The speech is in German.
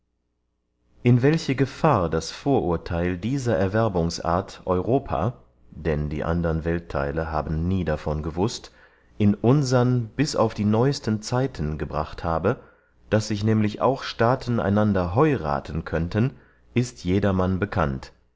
in welche gefahr das vorurtheil dieser erwerbungsart europa denn die andern welttheile haben nie davon gewußt in unsern bis auf die neuesten zeiten gebracht habe daß sich nämlich auch staaten einander heurathen könnten ist jedermann bekannt